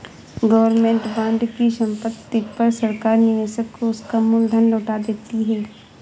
government bond की समाप्ति पर सरकार निवेशक को उसका मूल धन लौटा देती है